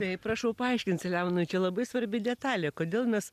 tai prašau paaiškinti leonai čia labai svarbi detalė kodėl mes